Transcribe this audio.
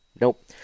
Nope